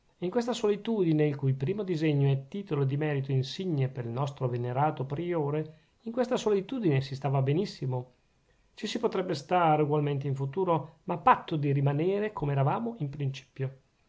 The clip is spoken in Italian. in questa solitudine il cui primo disegno è titolo di merito insigne pel nostro venerato priore in questa solitudine si stava benissimo ci si potrebbe stare ugualmente in futuro ma a patto di rimanere come eravamo in principio